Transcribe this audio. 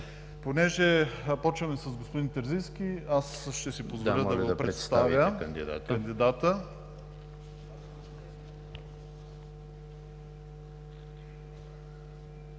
Понеже започваме с господин Терзийски, аз ще си позволя да го представя.